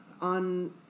on